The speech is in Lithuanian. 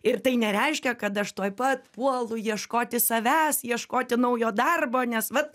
ir tai nereiškia kad aš tuoj pat puolu ieškoti savęs ieškoti naujo darbo nes vat